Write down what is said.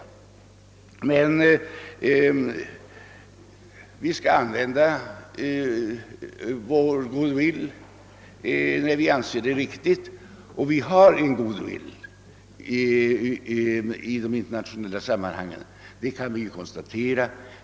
Vi skall använda vår goodwill, när vi anser det riktigt, och vi har en goodwill i de internationella sammanhangen. Det kan vi konstatera.